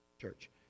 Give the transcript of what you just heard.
church